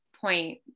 point